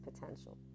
potential